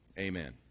Amen